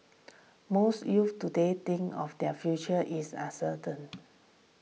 most youths today think of their future is uncertain